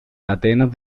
atenas